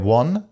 one